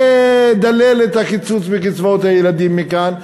מדלל את הקיצוץ בקצבאות הילדים מכאן,